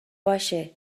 باشه